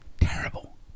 terrible